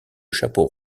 chapeaux